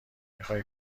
میخای